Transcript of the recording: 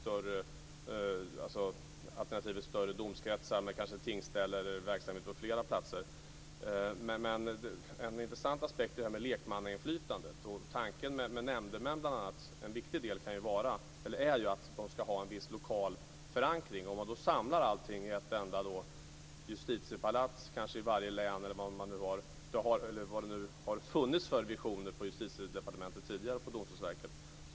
Jag kan leva med större domkretsar med tingsställen eller verksamhet på flera platser, men en intressant aspekt är lekmannainflytandet. En viktig tanke bakom systemet med nämndemän är att de ska ha en viss lokal förankring. Ska man samla allting i ett enda justitiepalats i varje län? Jag vet inte vilka visioner som har funnits på Justitiedepartementet eller Domstolsverket.